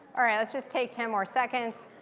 ah right, let's just take ten more seconds.